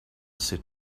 sit